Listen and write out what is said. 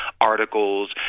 articles